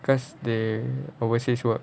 because they overseas work